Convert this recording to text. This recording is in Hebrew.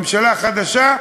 ממשלה חדשה,